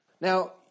Now